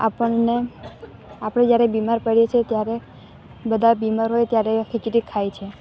આપણને આપણે જ્યારે બિમાર પડીએ છીએ ત્યારે બધા બિમાર હોય ત્યારે ખિચડી ખાય છે